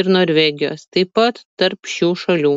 ir norvegijos taip pat tarp šių šalių